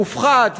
מופחת,